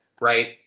right